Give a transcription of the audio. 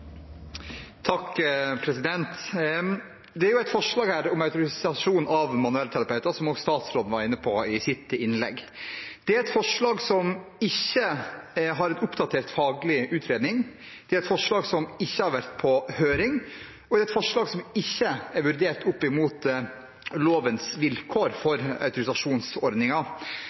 et forslag om autorisasjon av manuellterapeuter, som også statsråden var inne på i sitt innlegg. Det er et forslag som ikke har en oppdatert faglig utredning, det er et forslag som ikke har vært på høring, og det er et forslag som ikke er vurdert opp mot lovens vilkår for